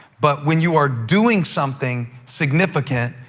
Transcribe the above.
but when you are doing something significant,